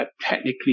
technically